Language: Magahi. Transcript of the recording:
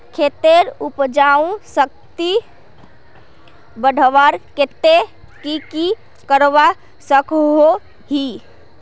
खेतेर उपजाऊ शक्ति बढ़वार केते की की करवा सकोहो ही?